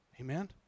Amen